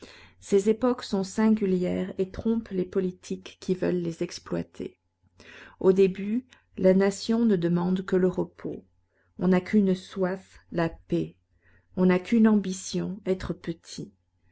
ces époques sont singulières et trompent les politiques qui veulent les exploiter au début la nation ne demande que le repos on n'a qu'une soif la paix on n'a qu'une ambition être petit